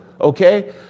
okay